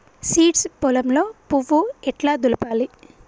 Seeds పొలంలో పువ్వు ఎట్లా దులపాలి?